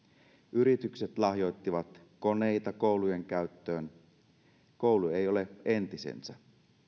yritykset lahjoittivat koneita koulujen käyttöön koulu ei ole entisensä